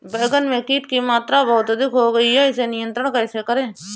बैगन में कीट की मात्रा बहुत अधिक हो गई है इसे नियंत्रण कैसे करें?